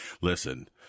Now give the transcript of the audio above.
Listen